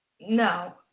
No